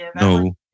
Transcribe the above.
No